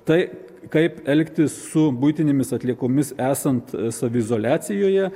tai kaip elgtis su buitinėmis atliekomis esant saviizoliacijoje